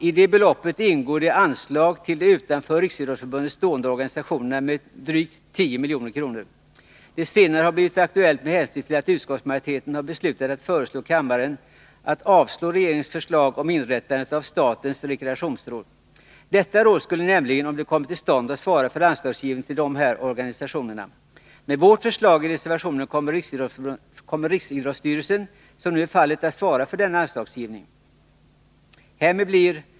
I detta belopp ingår anslag till de utanför Riksidrottsförbundet stående organisationerna med drygt 10 milj.kr. Det senare har blivit aktuellt med hänsyn till att utskottsmajoriteten har beslutat att föreslå kammaren att avslå regeringens förslag om inrättandet av statens rekreationsråd. Detta råd skulle nämligen, om det kommit till stånd, ha svarat för anslagsgivningen till dessa organisationer. Med vårt förslag i reservationen kommer riksidrottsstyrelsen, som nu är fallet, att svara för denna anslagsgivning.